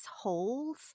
holes